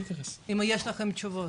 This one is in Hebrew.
האם יש לכם תשובות?